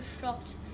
shocked